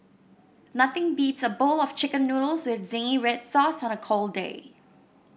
nothing beats a bowl of Chicken Noodles with zingy red sauce on a cold day